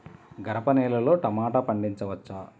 గరపనేలలో టమాటా పండించవచ్చా?